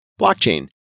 blockchain